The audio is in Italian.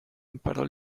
imparò